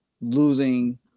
losing